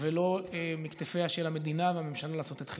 ולא מכתפיה של המדינה והממשלה לעשות את חלקה.